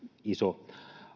iso